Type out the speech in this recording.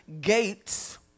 Gates